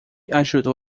ajudou